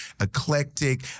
eclectic